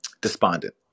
despondent